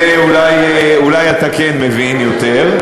תורת השלבים, בזה אולי אתה כן מבין יותר.